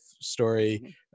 story